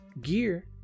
gear